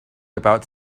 about